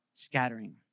scattering